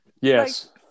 Yes